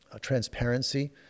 transparency